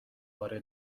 باره